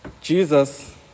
Jesus